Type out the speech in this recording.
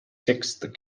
sixth